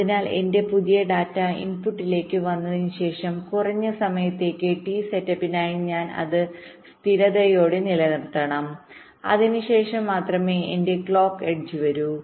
അതിനാൽ എന്റെ പുതിയ ഡാറ്റ ഇൻപുട്ടിലേക്ക് വന്നതിനുശേഷം കുറഞ്ഞ സമയത്തേക്ക് ടി സെറ്റപ്പിനായി ഞാൻ അത് സ്ഥിരതയോടെ നിലനിർത്തണം അതിനുശേഷം മാത്രമേ എന്റെ ക്ലോക്ക് എഡ്ജ് വരൂ